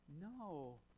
no